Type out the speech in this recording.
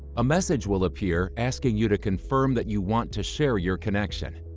a message will appear asking you to confirm that you want to share your connection.